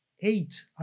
eight